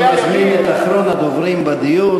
אני מזמין את אחרון הדוברים בדיון,